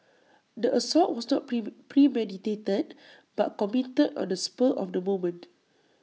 the assault was not prim premeditated but committed on A spur of the moment